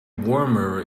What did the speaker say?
warmer